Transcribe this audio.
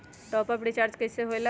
Top up recharge कइसे होएला?